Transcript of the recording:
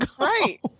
Right